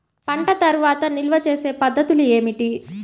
పంట తర్వాత నిల్వ చేసే పద్ధతులు ఏమిటి?